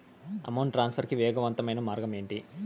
amount transfer కి వేగవంతమైన మార్గం ఏంటి